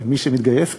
ומי שמתגייס כאן,